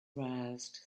aroused